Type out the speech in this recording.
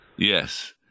Yes